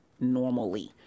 normally